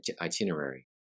itinerary